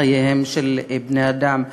לחייהם של בני-אדם.